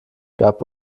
gab